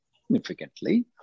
significantly